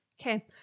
okay